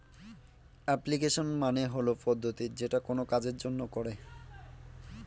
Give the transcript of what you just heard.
application মানে হল পদ্ধতি যেটা কোনো কাজের জন্য করে